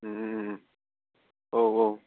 औ औ